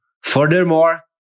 Furthermore